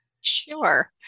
sure